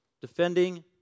defending